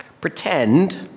Pretend